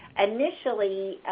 initially,